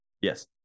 yes